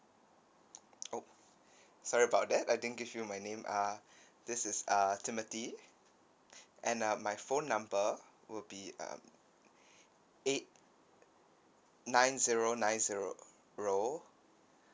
oh sorry about that I didn't give you my name uh this is uh timothy and um my phone number will be uh eight nine zero nine zero roll